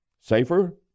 safer